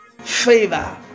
favor